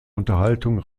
unterhaltung